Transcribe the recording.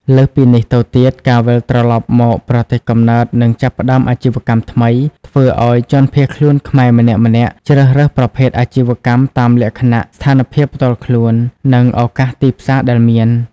លើសពីនេះទៅទៀត ការវិលត្រឡប់មកប្រទេសកំណើតនិងចាប់ផ្តើមអាជីវកម្មថ្មី ធ្វើឲ្យជនភៀសខ្លួនខ្មែរម្នាក់ៗជ្រើសរើសប្រភេទអាជីវកម្មតាមលក្ខណៈស្ថានភាពផ្ទាល់ខ្លួន និងឱកាសទីផ្សារដែលមាន។